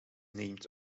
named